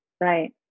Right